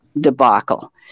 debacle